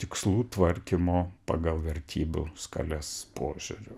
tikslų tvarkymo pagal vertybių skales požiūriu